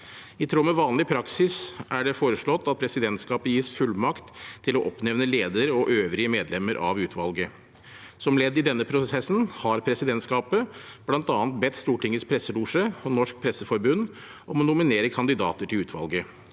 I tråd med vanlig praksis er det foreslått at presidentskapet gis fullmakt til å oppnevne leder og øvrige medlemmer av utvalget. Som ledd i denne prosessen har presidentskapet bl.a. bedt Stortingets presselosje og Norsk Presseforbund om å nominere kandidater til utvalget.